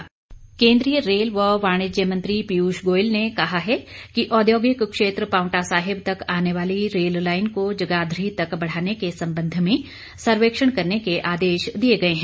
पीयूष गोयल केंद्रीय रेल व वाणिज्य मंत्री पीयूष गोयल ने कहा है कि औद्योगिक क्षेत्र पावंटा साहिब तक आने वाली रेल लाईन को जगाधरी तक बढ़ाने के संबंध में सर्वेक्षण करने के आदेश दिए गए हैं